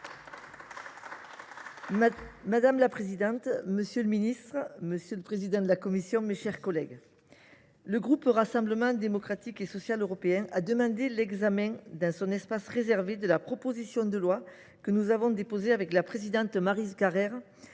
Madame la présidente, monsieur le ministre, mes chers collègues, le groupe du Rassemblement Démocratique et Social Européen a demandé l’examen, dans son espace réservé, de la proposition de loi que nous avons déposée avec la présidente Maryse Carrère